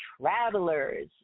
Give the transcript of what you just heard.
Travelers